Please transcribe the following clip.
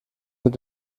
mit